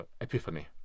epiphany